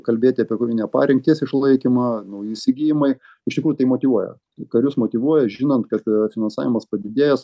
kalbėti apie kovinę parengties išlaikymą nauji įsigijimai iš tikrųjų tai motyvuoja karius motyvuoja žinant kad finansavimas padidėjęs